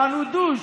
יענו דוש,